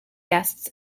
guests